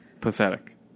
Pathetic